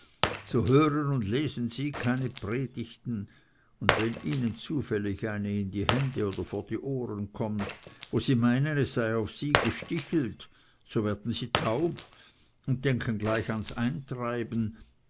so hören und lesen sie keine predigten und wenn ihnen zufällig eine in die hände oder vor die ohren kömmt wo sie meinen es sei auf sie gestichelt so werden sie taub und denken gleich ans eintreiben